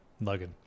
Logan